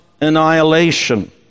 annihilation